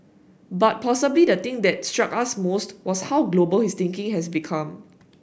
but possibly the thing that struck us most was how global his thinking has become